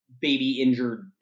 baby-injured